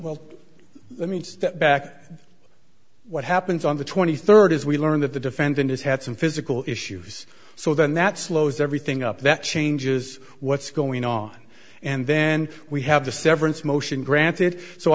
well let me step back what happens on the twenty third as we learn that the defendant has had some physical issues so then that slows everything up that changes what's going on and then we have the severance motion granted so